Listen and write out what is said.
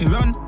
Run